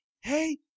Hey